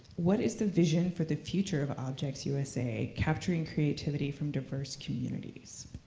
what is the vision for the future of objects usa, capturing creativity from diverse communities?